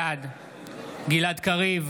בעד גלעד קריב,